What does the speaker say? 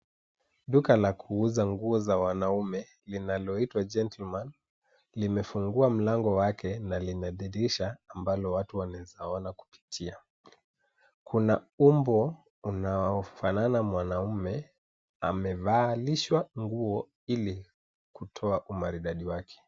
Duka la kuuza nguo za wanaume linaloitwa Gentleman limefungua mlango wake na lina dirisha ambalo watu wanaweza ona kupitia. Kuna umbo unaofanana mwanaume amevalishwa nguo ili kutoa umaridadi wake.